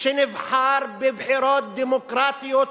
שנבחר בבחירות דמוקרטיות,